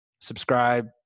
Subscribe